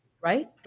right